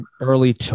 early